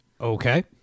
Okay